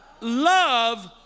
love